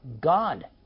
God